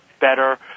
better